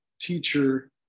teacher